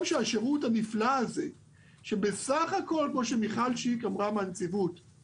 שהשירות הנפלא הזה שבסך הכול כמו שמיכל שיק מהנציבות אמרה